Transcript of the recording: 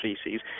species